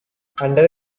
under